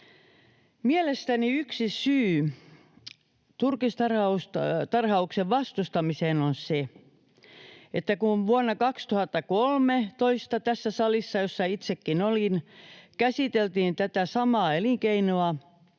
Mielestäni yksi syy turkistarhauksen vastustamiseen on se, että kun vuonna 2013 tässä salissa, jossa itsekin olin, käsiteltiin tätä samaa elinkeinoa,